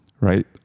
right